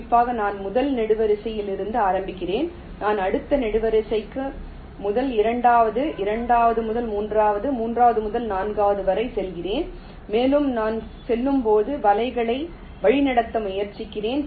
குறிப்பாக நான் முதல் நெடுவரிசையிலிருந்து ஆரம்பிக்கிறேன் நான் அடுத்த நெடுவரிசைக்கு முதல் இரண்டாவது இரண்டாவது முதல் மூன்றாம் மூன்றாவது முதல் நான்காவது வரை செல்கிறேன் மேலும் நான் செல்லும்போது வலைகளை வழிநடத்த முயற்சிக்கிறேன்